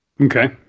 Okay